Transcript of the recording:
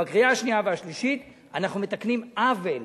בקריאה השנייה והשלישית אנחנו מתקנים עוול